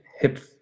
hip